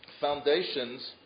foundations